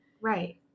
right